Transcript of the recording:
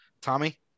Tommy